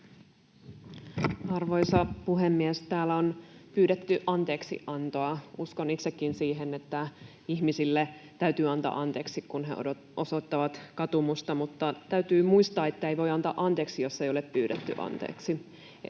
Arvoisa puhemies! Täällä on pyydetty anteeksiantoa. Uskon itsekin siihen, että ihmisille täytyy antaa anteeksi, kun he osoittavat katumusta, mutta täytyy muistaa, että ei voi antaa anteeksi, jos ei ole pyydetty anteeksi.